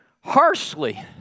harshly